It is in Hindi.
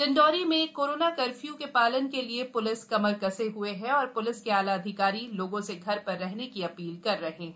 डिंडोरी में कोरोना कर्फ्यू के पालन के लिए प्लिस कमर कसे हए है और प्लिस के आला अधिकारी लोगों से घर पर रहने की अपील कर रहे हैं